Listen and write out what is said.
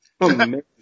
amazing